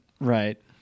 Right